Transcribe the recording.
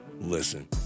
Listen